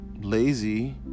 lazy